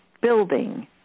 building